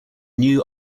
new